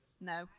No